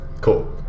Cool